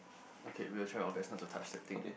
okay we will try our best not to touch the thing